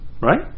Right